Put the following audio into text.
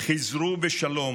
חזרו בשלום